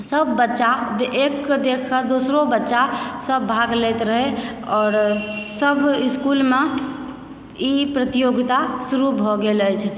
सभ बच्चा एककऽ देखिकऽ दोसरो बच्चासभ भाग लैत रहय आओर सभ इस्कूलमऽ ई प्रतियोगिता शुरु भऽ गेल अछि